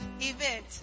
event